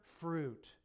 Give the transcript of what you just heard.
fruit